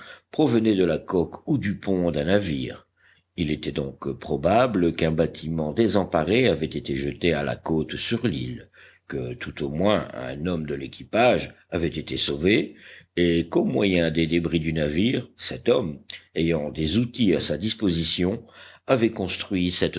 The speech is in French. provenaient de la coque ou du pont d'un navire il était donc probable qu'un bâtiment désemparé avait été jeté à la côte sur l'île que tout au moins un homme de l'équipage avait été sauvé et qu'au moyen des débris du navire cet homme ayant des outils à sa disposition avait construit cette